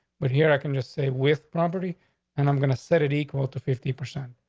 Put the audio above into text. but here i can just say with property and i'm gonna set it equal to fifty percent.